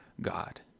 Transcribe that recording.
God